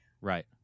Right